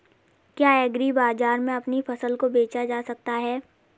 क्या एग्रीबाजार में अपनी फसल को बेचा जा सकता है?